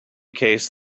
case